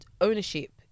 ownership